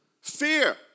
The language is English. Fear